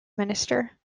minister